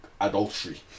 Adultery